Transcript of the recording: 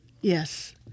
yes